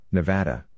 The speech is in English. Nevada